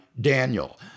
Daniel